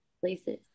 places